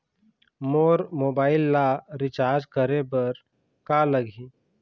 मोर mobile ला recharge करे बर का लगही?